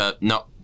no